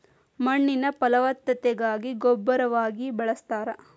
ಮಣ್ಣಿನ ಫಲವತ್ತತೆಗಾಗಿ ಗೊಬ್ಬರವಾಗಿ ಬಳಸ್ತಾರ